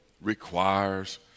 requires